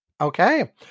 Okay